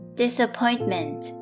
disappointment